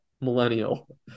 millennial